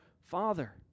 Father